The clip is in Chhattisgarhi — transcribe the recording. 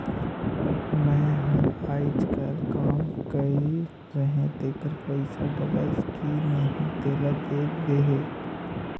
मै हर अईचकायल काम कइर रहें तेकर पइसा डलाईस कि नहीं तेला देख देहे?